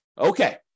Okay